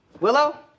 Willow